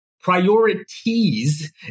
priorities